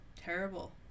terrible